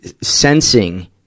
sensing